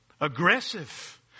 Aggressive